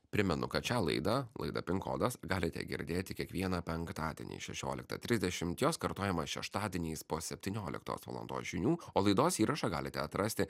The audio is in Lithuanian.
primenu kad šią laidą laidą pin kodas galite girdėti kiekvieną penktadienį šešioliktą trisdešimt jos kartojamos šeštadieniais po septynioliktos valandos žinių o laidos įrašą galite atrasti